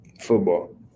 Football